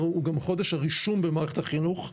הוא גם חודש הרישום במערכת החינוך,